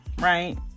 right